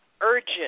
urgent